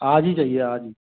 आज ही चाहिए आज ही